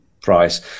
price